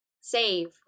save